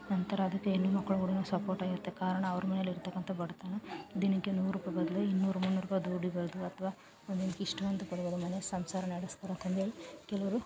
ನಂತರ ಅದಕ್ಕೆ ಹೆಣ್ಣು ಮಕ್ಕಳು ಕೂಡ ಸಪೋರ್ಟ್ ಆಗಿ ಇರ್ತ ಕಾರಣ ಅವ್ರ ಮೇಲಿರ್ತಕ್ಕಂಥ ಬಡತನ ದಿನಕ್ಕೆ ನೂರು ರೂಪಾಯಿ ಬದಲು ಇನ್ನೂರು ಮುನ್ನೂರು ರೂಪಾಯಿ ದುಡಿಬೋದು ಅಥ್ವ ಒಂದು ದಿನಕ್ಕೆ ಇಷ್ಟು ಅಂತ ಕೊಡ್ಬೋದು ಮನ್ಯಾಗ ಸಂಸಾರ ನಡಸ್ತಾರೆ ಕೆಲವರು